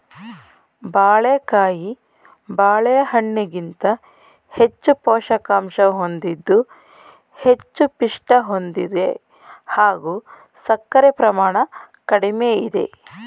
ಬಾಳೆಕಾಯಿ ಬಾಳೆಹಣ್ಣಿಗಿಂತ ಹೆಚ್ಚು ಪೋಷಕಾಂಶ ಹೊಂದಿದ್ದು ಹೆಚ್ಚು ಪಿಷ್ಟ ಹೊಂದಿದೆ ಹಾಗೂ ಸಕ್ಕರೆ ಪ್ರಮಾಣ ಕಡಿಮೆ ಇದೆ